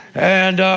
and,